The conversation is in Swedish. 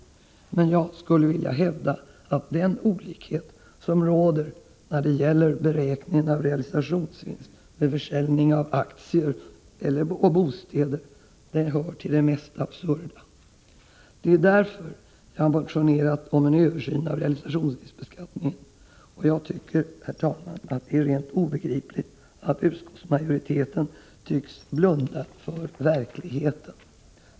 Jag skulle vilja hävda att olikheten när det gäller beräkningen av realisationsvinsten vid försäljning av aktier och bostäder hör till det mest absurda. Det är därför jag har motionerat om en översyn av realisationsvinstbeskattningen. Jag tycker, herr talman, att det är rent obegripligt att utskottsmajoriteten tycks blunda för verkligheten.